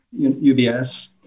UBS